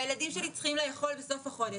והילדים שלי צריכים לאכול בסוף החודש.